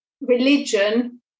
religion